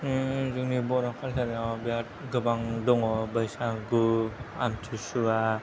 जोंनि बर' कालसाराव बेराद गोबां दङ बैसागु आम्तिसुवा